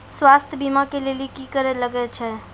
स्वास्थ्य बीमा के लेली की करे लागे छै?